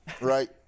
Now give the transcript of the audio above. right